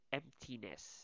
emptiness